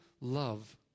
love